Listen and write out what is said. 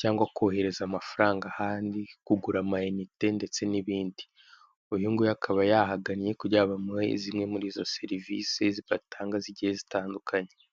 cyangwa kohereza amafaranga ahandi, kugura amayinite ndetse n'ibindi. Uyunguyu akaba yahagannye kugira bamuhe zimwe muri izo serivisi batanga zigiye zitandukanye.